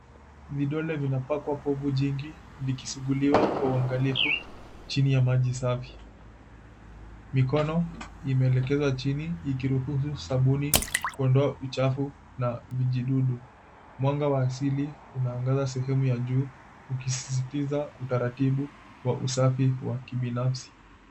Vidole vinapakwa povu jingi vikisuguliwa kwa uangalifu chini ya maji safi. Mikono imeelekeza chini ikiruhusu sabuni kuondoa uchafu na vijidudu. Mwanga wa asili unaangaza sehemu ya juu ukisisitiza utaratibu wa usafi wa kibinafsi.